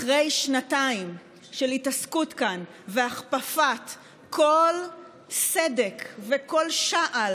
אחרי שנתיים של התעסקות כאן והכפפת כל סדק וכל שעל